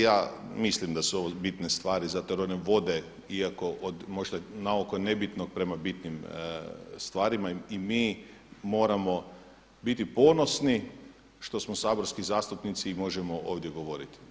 Dakle ja mislim da su ovo bitne stvari zato jer one vode iako od možda naoko nebitnog prema bitnim stvarima i mi moramo biti ponosni što smo saborski zastupnici i možemo ovdje govoriti.